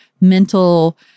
mental